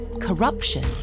corruption